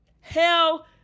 Hell